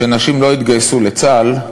שנשים לא יתגייסו לצה"ל,